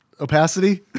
Opacity